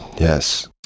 yes